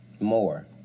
More